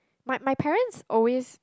my my parents always